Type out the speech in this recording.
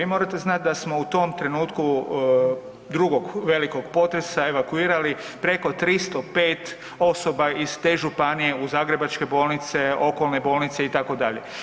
Vi morate znat da smo u trenutku drugog velikog potresa evakuirali preko 305 osoba iz te županije u zagrebačke bolnice, okolne bolnice itd.